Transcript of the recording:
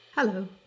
Hello